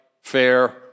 fair